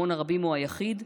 הרבים או היחיד,